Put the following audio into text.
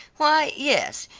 why, yes,